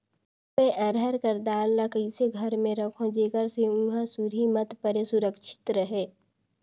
मैं अरहर कर दाल ला कइसे घर मे रखों जेकर से हुंआ सुरही मत परे सुरक्षित रहे?